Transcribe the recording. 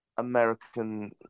american